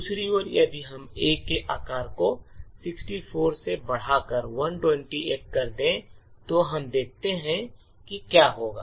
दूसरी ओर यदि हम A के आकार को 64 से बढ़ाकर 128 कर दें तो हम देखते हैं कि क्या होगा